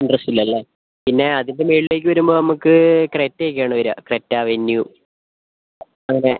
interest ഇല്ല അല്ലേ പിന്നെ അതിൻ്റെ മുകളിലേക്ക് വരുമ്പോൾ നമുക്ക് ക്രെറ്റ ഒക്കെയാണ് വരിക ക്രെറ്റ വെന്യു അങ്ങനെ